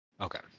Okay